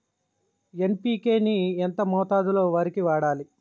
NPK ని ఎంత మోతాదులో వరికి వాడాలి?